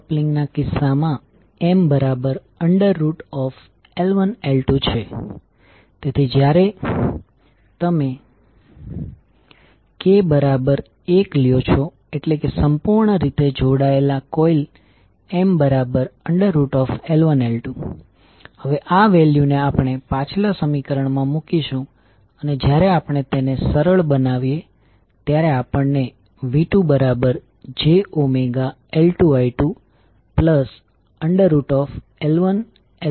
ચાલો આપણે આ ચોક્કસ વાત ને કેટલાક ઉદાહરણો ની મદદથી સમજીએ ચાલો આપણે આ ચોક્કસ આકૃતિ જોઈએ જ્યાં મ્યુચ્યુઅલ વોલ્ટેજ v2ની નિશાની v2 માટે સંદર્ભની પોલેરિટી અને i1ની દિશા દ્વારા નક્કી થાય છે